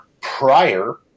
prior